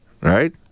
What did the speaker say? right